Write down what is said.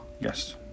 Yes